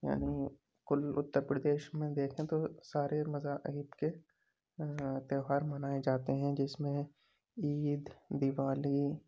یعنی کل اتر پردیش میں دیکھیں تو سارے مذاہب کے تہوار منائے جاتے ہیں جس میں عید دیوالی